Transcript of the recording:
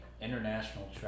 international